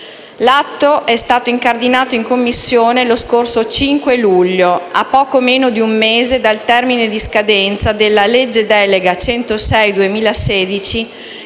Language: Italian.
L'atto è stato incardinato in Commissione lo scorso 5 luglio, a poco meno di un mese dal termine di scadenza della legge delega n. 106